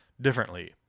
differently